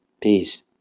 Peace